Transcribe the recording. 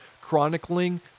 Chronicling